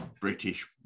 British